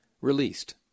released